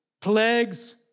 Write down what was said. plagues